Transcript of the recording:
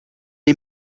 est